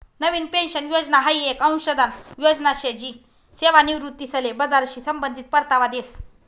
नवीन pension योजना हाई येक अंशदान योजना शे जी सेवानिवृत्तीसले बजारशी संबंधित परतावा देस